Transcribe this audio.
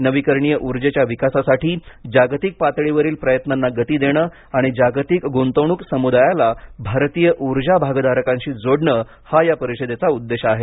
नवीकरणीय ऊर्जेच्या विकासासाठी जागतिक पातळीवरील प्रयत्नांना गती देणं आणि जागतिक गुंतवणूक समुदायाला भारतीय उर्जा भागधारकांशी जोडणे हा या परिषदेचा उद्देश आहे